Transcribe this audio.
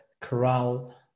corral